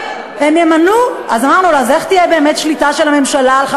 אני רוצה לומר יותר מזה.